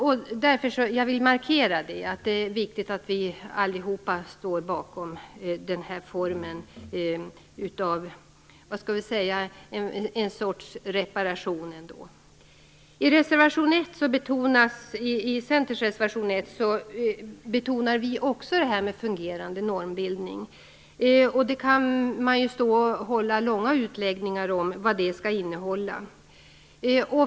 Jag vill markera att det är viktigt att vi allihop står bakom den här formen av reparation. I Centerns reservation 1 betonar vi också detta med en fungerande normbildning. Man kan hålla långa utläggningar om vad det skall innehålla.